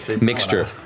mixture